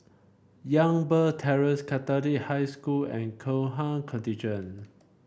Youngberg Terrace Catholic High School and Gurkha Contingent